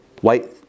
White